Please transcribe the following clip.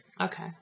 Okay